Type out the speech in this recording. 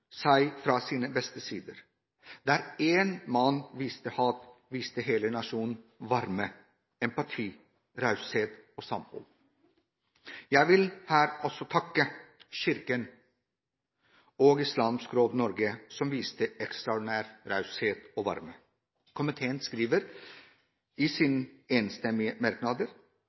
fra sin beste side. Der én mann viste hat, viste hele nasjonen varme, empati, raushet og samhold. Jeg vil her også takke Kirken og Islamsk Råd Norge som viste ekstraordinær raushet og varme. Komiteen skriver i sine enstemmige merknader: